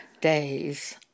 days